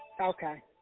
Okay